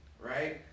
Right